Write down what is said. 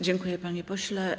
Dziękuję, panie pośle.